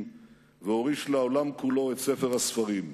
והוריש לעולם כולו את ספר הספרים.